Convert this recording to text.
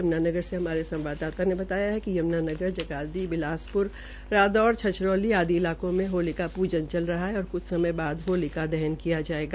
यमुनानगर से हमारे संवाददाता ने बताया कि यमुनानगर जगाधरी बिलासपुर रादौर छछरौली आदि इलाकों में होलिका पूजन चल रहा है और क्छ समय बाद होलिका दहन किया जायेगा